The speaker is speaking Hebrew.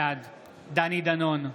בעד דני דנון,